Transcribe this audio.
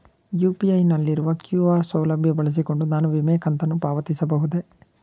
UPI ನಲ್ಲಿರುವ QR ಸೌಲಭ್ಯ ಬಳಸಿಕೊಂಡು ನಾನು ವಿಮೆ ಕಂತನ್ನು ಪಾವತಿಸಬಹುದೇ?